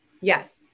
Yes